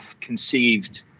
conceived